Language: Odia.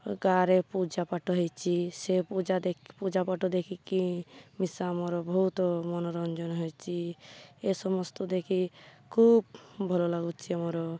ଗାଁରେ ପୂଜାପାଠ ହେଉଛି ସେ ପୂଜା ପୂଜାପାଠ ଦେଖିକି ମିଶା ଆମର ବହୁତ ମନୋରଞ୍ଜନ ହେଉଛି ଏ ସମସ୍ତ ଦେଖି ଖୁବ୍ ଭଲ ଲାଗୁଛି ଆମର